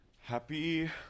Happy